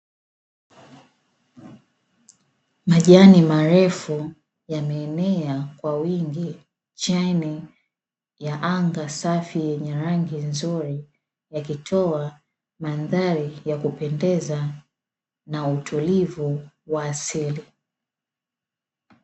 Majani marefu yameenea kwa wingi chini ya anga safi yenye rangi nzuri, yakikitoa mandhari ya kupendeza na utulivu wa asili.